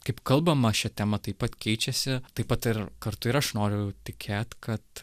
kaip kalbama šia tema taip pat keičiasi taip pat ir kartu ir aš noriu tikėt kad